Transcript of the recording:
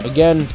Again